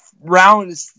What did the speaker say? round